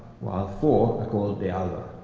while four are called de alva,